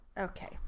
Okay